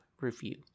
Review